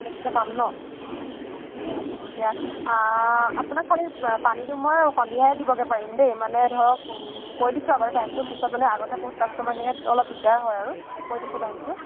এইটোতে পাম ন ঠিকে আছে তেতিয়া আপোনাক খালি পানীটো মই সন্ধিয়াহে দিবগৈ পাৰিম দেই মানে ধৰক কৈ দিছোঁ আগতে টাইমটো পিছত মানে আগতে বহুত কাষ্টমাৰ তেনেকৈ অলপ দিগদাৰ হয় আৰু কৈ দিছোঁ টাইমটো